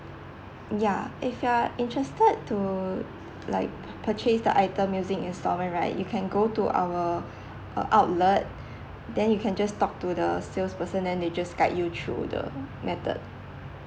ya if you're interested to like purchase the item using installment right you can go to our uh outlet then you can just talk to the sales person then they guide you through the method